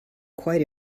quite